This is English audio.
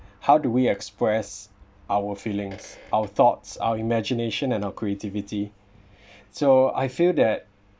how do we express our feelings our thoughts our imagination and our creativity so I feel that